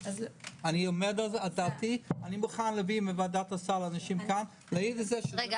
אני מוכן להביא מוועדת הסל אנשים לכאן- -- מה